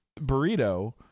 burrito